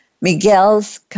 Miguel's